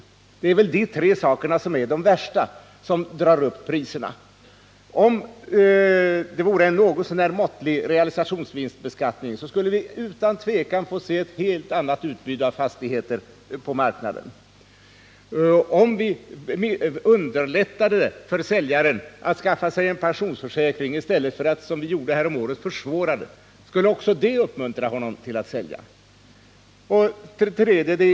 Det är de tre faktorerna som drar upp priserna värst. Om vi hade en något så när måttlig realisationsvinstbeskattning skulle vi utan tvivel få se ett helt annat utbud av fastigheter på marknaden. Om vi underlättade för säljaren att skaffa sig en pensionsförsäkring i stället för att, som vi gjorde härom året, försvåra det skulle också det uppmuntra honom till att sälja.